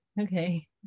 okay